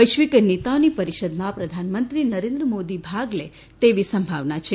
વૈશ્વિક નેતાઓની પરિષદમાં પ્રધાન મંત્રી નરેન્દ્ર મોદી ભાગ લે તેવી સંભાવના છે